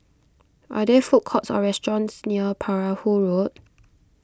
are there food courts or restaurants near Perahu Road